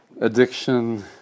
addiction